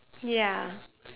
ya